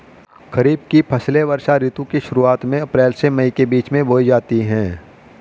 खरीफ की फसलें वर्षा ऋतु की शुरुआत में अप्रैल से मई के बीच बोई जाती हैं